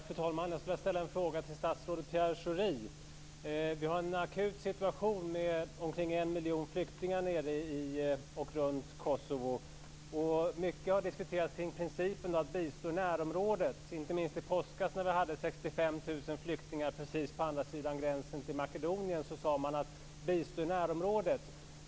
Fru talman! Jag skulle vilja ställa en fråga till statsrådet Pierre Schori. Vi har en akut situation med omkring 1 miljon flyktingar i och runt Kosovo. Det har diskuterats mycket kring principen att bistå i närområdet. Inte minst i påskas när det var 65 000 flyktingar precis på andra sidan gränsen till Makedonien talade man om att bistå i närområdet.